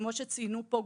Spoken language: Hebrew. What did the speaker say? שכמו שציינו פה,